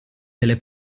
delle